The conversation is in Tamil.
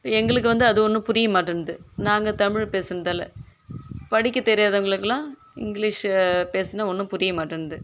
இப்போ எங்களுக்கு வந்து அது ஒன்றும் புரிய மாட்டேன்து நாங்கள் தமிழ் பேசுன்தால் படிக்கத் தெரியாதவங்குளுக்குலான் இங்கிலீஷை பேசினா ஒன்றும் புரிய மாட்டேன்து